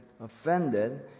offended